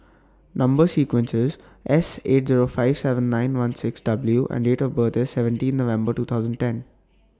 Number sequence IS S eight Zero five seven nine one six W and Date of birth IS seventeen November two thousand ten